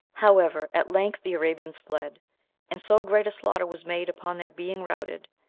however, at length the arabians fled and so great a slaughter was made upon their being routed,